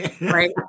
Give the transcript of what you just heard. Right